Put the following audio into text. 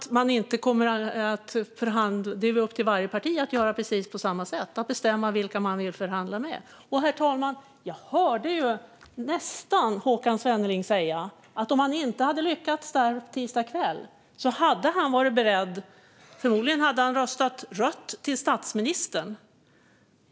Sedan är det väl upp till varje parti att göra precis på samma sätt och bestämma vilka man vill förhandla med. Herr talman! Jag hörde nästan Håkan Svenneling säga att om man inte hade lyckats i tisdags kväll hade han förmodligen varit beredd att rösta rött till statsministern.